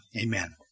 Amen